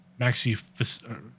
Maxi